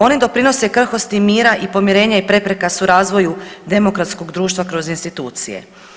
Oni doprinose … mira i pomirenja i prepreka su razvoju demokratskog društva kroz institucije.